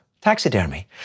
Taxidermy